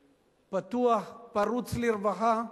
פתוח, פרוץ לרווחה.